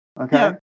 okay